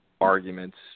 arguments